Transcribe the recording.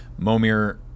Momir